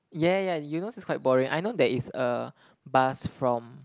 ya ya ya Eunos is quite boring I know there is a bus from